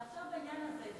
ועכשיו לעניין הזה.